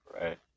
Right